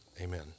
Amen